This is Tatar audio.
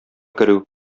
керү